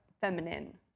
feminine